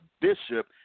Bishop